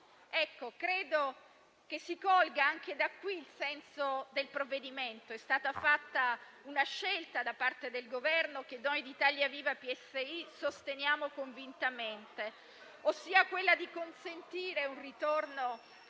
Credo che si colga anche da qui il senso del provvedimento. È stata fatta una scelta da parte del Governo, che Italia Viva-PSI sostiene convintamente, ossia consentire un ritorno